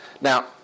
Now